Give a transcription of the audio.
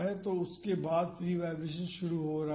तो उसके बाद फ्री वाईब्रेशन शुरू हो रहा है